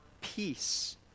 peace